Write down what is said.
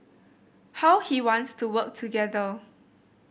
how he wants to work together